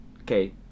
Okay